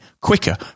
quicker